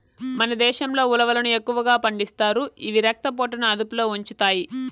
మన దేశంలో ఉలవలను ఎక్కువగా పండిస్తారు, ఇవి రక్త పోటుని అదుపులో ఉంచుతాయి